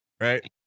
Right